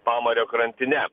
pamario krantine